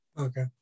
okay